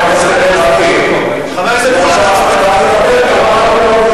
חבר הכנסת בן-ארי,